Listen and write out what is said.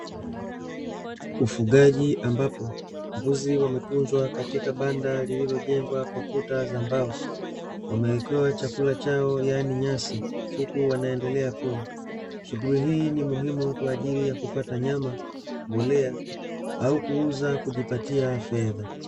Ufugaji ambapo mbuzi wametunzwa katika banda lililojengwa kwa kuta za mbao, wamewekewa chakula chao yani nyasi huku wanaendelea kula. Shughuli hii ni muhimu kwa ajili ya kupata nyama, mbolea au kuuza kujipatia fedha.